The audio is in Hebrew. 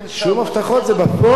שוב, הבטחות זה בפועל.